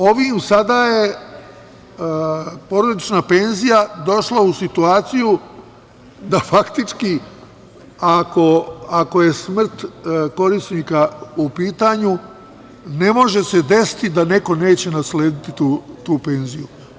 Ovim sada je porodična penzija došla u situaciju da faktički ako je smrt korisnika u pitanju, ne može se desiti da neko neće naslediti tu penziju.